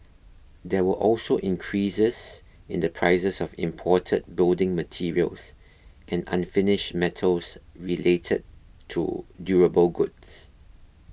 there were also increases in the prices of imported building materials and unfinished metals related to durable goods